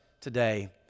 today